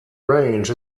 range